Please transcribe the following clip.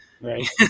Right